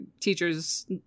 teacher's